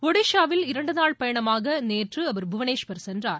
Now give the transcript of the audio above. ஒடிஷாவில் இரண்டு நாள் பயணமாக நேற்று அவர் புவனேஸ்வர் சென்றார்